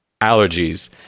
allergies